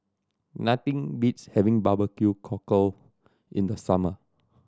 nothing beats having barbecue cockle in the summer